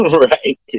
Right